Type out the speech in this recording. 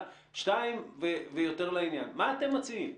שניים, זה יותר לעניין, מה אתם מציעים?